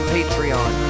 Patreon